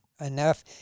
enough